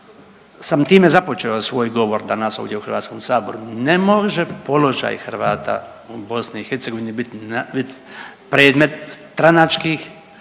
sam time započeo svoj govor danas ovdje u HS-u, ne može položaj Hrvata u BiH biti predmet stranačkih